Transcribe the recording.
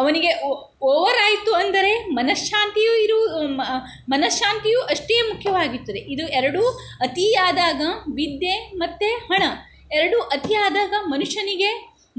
ಅವನಿಗೆ ಓವರ್ ಆಯಿತು ಅಂದರೆ ಮನಃಶಾಂತಿಯು ಇರು ಮನಃಶಾಂತಿಯು ಅಷ್ಟೇ ಮುಖ್ಯವಾಗಿತ್ತದೆ ಇದು ಎರಡೂ ಅತಿ ಆದಾಗ ವಿದ್ಯೆ ಮತ್ತು ಹಣ ಎರಡೂ ಅತಿಯಾದಾಗ ಮನುಷ್ಯನಿಗೆ